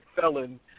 felon